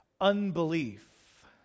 unbelief